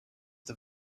the